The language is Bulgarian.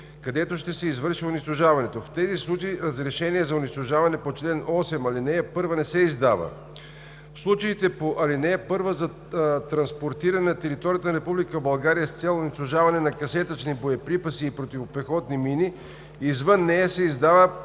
където ще се извърши унищожаването. В тези случаи разрешение за унищожаване по чл. 8, ал. 1 не се издава. (2) В случаите по ал. 1 транспортирането на територията на Република България с цел унищожаване на касетъчни боеприпаси и противопехотни мини извън нея се издава